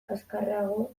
azkarrago